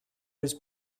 has